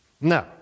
No